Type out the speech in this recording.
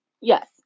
Yes